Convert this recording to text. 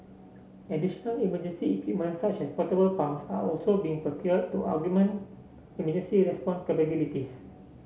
additional emergency equipment such as portable pumps are also being procured to augment emergency response capabilities